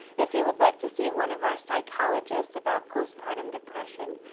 if you would like to see one of our psychologists about postpartum depression,